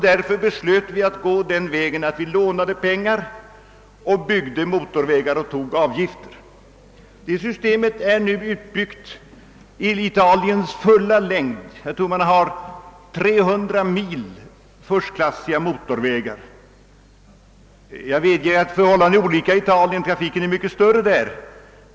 Därför beslöt man att följa linjen att låna pengar och bygga motorvägar samt ta upp avgifter. Det systemet är nu utbyggt i Italiens fulla längd — man har 300 mil förstklassiga motorvägar. Jag medger att förhållandena i Italien skiljer sig från förhållandena här i Sverige.